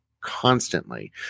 constantly